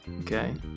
Okay